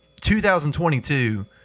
2022